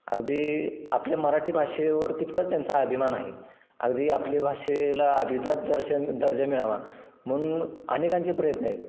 अगदी आपल्या मराठी भाषेवर तितकाच त्यांचा अभिमान आहे अगदी आपली भाषेला अभिजात दर्श दर्जा मिळावा म्हणून अनेकांचे प्रयत्न आहेत